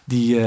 Die